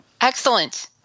Excellent